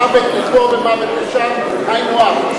מוות לפה ומוות לשם זה היינו הך.